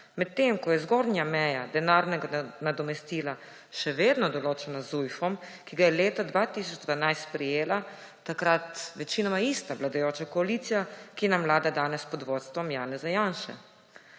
medtem ko je zgornja meja denarnega nadomestila še vedno določena z ZUJF-om, ki ga je leta 2012 sprejela takrat večinoma ista vladajoča koalicija, ki nam vlada danes pod vodstvom Janeza Janše.